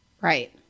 Right